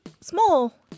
small